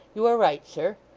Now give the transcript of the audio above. you are right, sir.